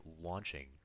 launching